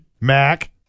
Mac